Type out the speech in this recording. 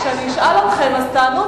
כשאני אשאל אתכם תענו.